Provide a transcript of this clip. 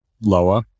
lower